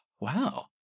wow